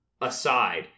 aside